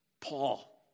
Paul